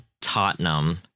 Tottenham